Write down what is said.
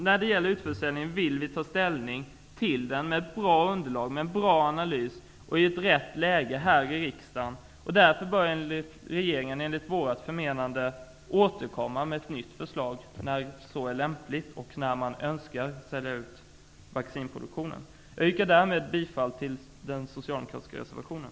När det gäller utförsäljningen vill vi ta ställning till den i form av ett bra underlag och en bra analys och i ett rätt läge här i riksdagen. Därför bör regeringen enligt vårt förmenande återkomma med ett nytt förslag när så är lämpligt och när man önskar sälja ut vaccinproduktionen. Jag yrkar därmed bifall till den socialdemokratiska reservationen.